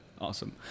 Awesome